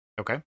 okay